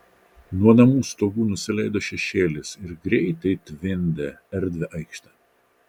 nuo namų stogų nusileido šešėlis ir greitai tvindė erdvią aikštę